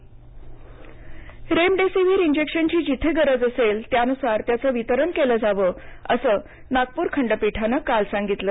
remdesivir remdesivir इंजेक्शनची जिथं गरज असेल त्यानुसार त्याचं वितरण केलं जावं असं नागपूर खंडपीठानं काल सांगितलं